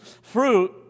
fruit